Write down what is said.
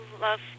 love